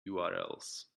urls